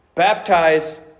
Baptize